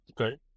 Okay